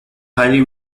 highly